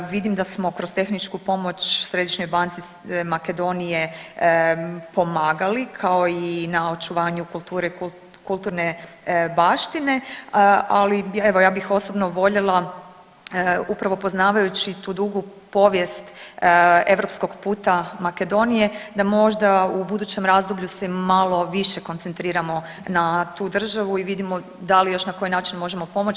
Vidimo da smo kroz tehničku pomoć Središnjoj banci Makedonije pomagali kao i na očuvanju kulture i kulturne baštine, ali evo ja bih osobno voljela upravo poznavajući tu dugu povijest europskog puta Makedonije da možda u budućem razdoblju se malo više koncentriramo na tu državu i vidimo da li još na koji način možemo pomoći.